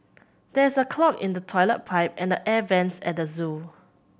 there is a clog in the toilet pipe and the air vents at the zoo